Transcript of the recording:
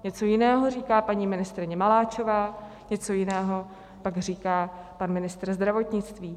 Něco jiného říká paní ministryně Maláčová, něco jiného pak říká pan ministr zdravotnictví.